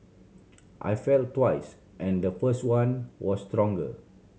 I felt twice and the first one was stronger